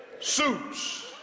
suits